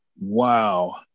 Wow